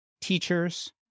teachers